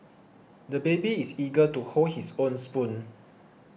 the baby is eager to hold his own spoon